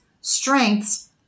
strengths